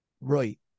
Right